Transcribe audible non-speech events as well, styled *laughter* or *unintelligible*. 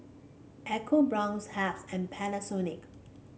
EcoBrown's *unintelligible* and Panasonic